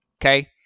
Okay